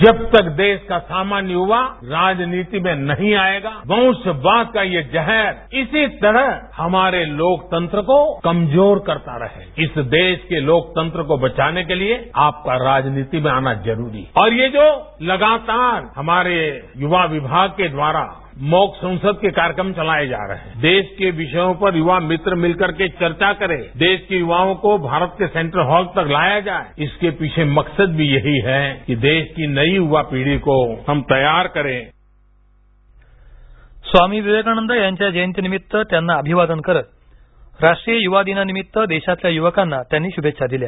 जब तक देश का सामान्य युवा राजनीति में नहीं आयेगा वशंवाद के ये जहर इसी तरह हमारे लोकतंत्र को कमजोर करता रहेगा इस देश के लोकतंत्र को बचाने के लिए आपका राजनीति में आना जरूरी है और ये जो लगातार हमारे युवा विभाग के द्वारा मॉक संसद के कार्यक्रम चलाये जा रहे हैं देश के विषयों पर युवा मित्र मिलकर के चर्चा करे देश के युवाओं को भारत के सेंट्रल हॉल तक लाया जाये इसके पीछे मकसद भी यही है कि देश की नई युवा पीढी को हम तैयार करें स्वामी विवेकानंद यांच्या जयंतीनिमित्त त्यांना अभिवादन करतराष्ट्रीय युवा दिनानिमित्त देशातल्या युवकांना त्यांनी शुभेच्छा दिल्या